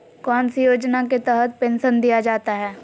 कौन सी योजना के तहत पेंसन दिया जाता है?